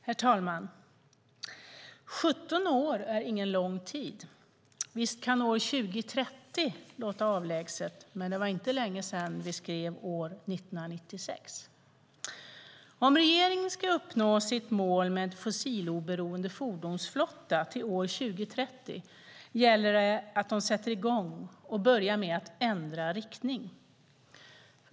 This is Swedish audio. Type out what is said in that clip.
Herr talman! 17 år är ingen lång tid. Visst kan år 2030 låta avlägset, men det var inte länge sedan vi skrev år 1996. Om regeringen ska uppnå sitt mål om en fossiloberoende fordonsflotta till år 2030 gäller det att de sätter i gång och börjar med att ändra riktning.